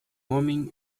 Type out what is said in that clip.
homem